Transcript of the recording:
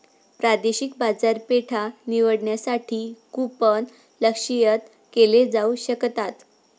प्रादेशिक बाजारपेठा निवडण्यासाठी कूपन लक्ष्यित केले जाऊ शकतात